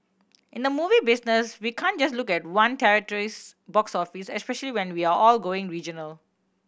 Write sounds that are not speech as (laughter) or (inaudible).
in the movie business we can just look at one territory's box office (unintelligible) when we are all going regional